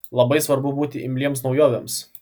labai svarbu būti imliems naujovėms